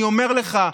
אני אומר לך,